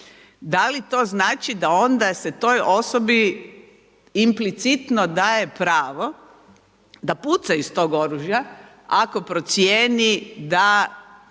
Da li to znači da onda se toj osobi implicitno daje pravo da puca iz tog oružja ako procijeni da